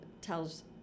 tells